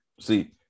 see